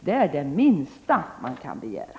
Det är det minsta man kan begära.